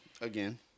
Again